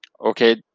okay